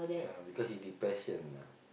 ah because he depression ah